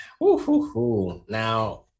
Now